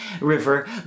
River